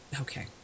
okay